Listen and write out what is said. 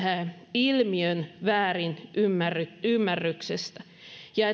ilmiön väärinymmärryksestä ja